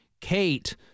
Kate